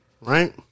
right